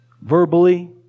verbally